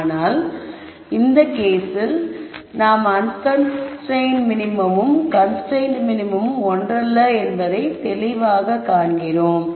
ஆனால் இந்த கேஸில் நாம் அன்கன்ஸ்ரைன்ட் மினிமமும் கன்ஸ்ரைன்ட் மினிமமும் ஒன்றல்ல என்பதை தெளிவாகக் காண்கிறோம்